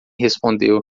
respondeu